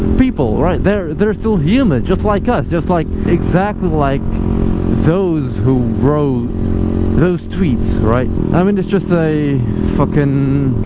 people right there they're still human just like us just like exactly like those who wrote those tweets right i mean it's just a fucking